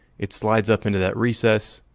it slides up into that recess,